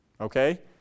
Okay